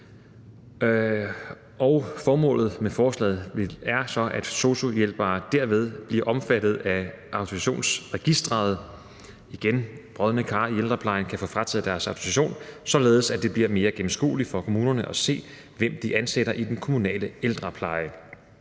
Formålet med forslaget er så, at sosu-hjælpere derved bliver omfattet af autorisationsregisteret – igen, så brodne kar i ældreplejen kan få frataget deres autorisation – således at det bliver mere gennemskueligt for kommunerne at se, hvem de ansætter i den kommunale ældrepleje.